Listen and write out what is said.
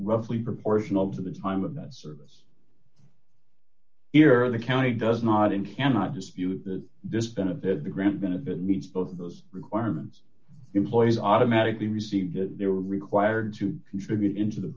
roughly proportional to the time of that service here the county does not in cannot dispute that this benefit the gram benefit meets both of those requirements employees automatically receive they're required to contribute into the